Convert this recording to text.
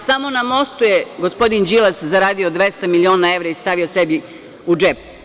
Samo nam ostaje gospodin Đilas zaradio 200 miliona evra i stavio sebi u džep.